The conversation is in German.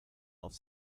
auf